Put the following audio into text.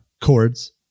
chords